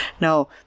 No